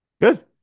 good